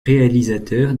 réalisateur